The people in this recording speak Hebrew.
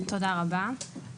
תודה רבה.